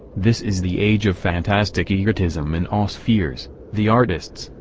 this is the age of fantastic egotism in all spheres the artists,